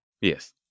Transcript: Yes